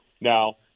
now